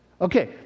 Okay